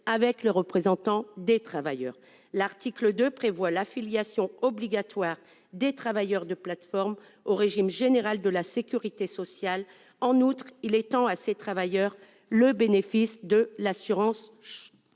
avec les représentants des travailleurs. L'article 2 prévoit l'affiliation obligatoire des travailleurs de plateformes au régime général de la sécurité sociale. En outre, il étend à ces travailleurs le bénéfice de l'assurance chômage.